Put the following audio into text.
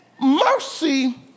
mercy